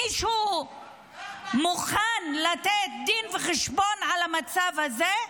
מישהו מוכן לתת דין וחשבון על המצב הזה?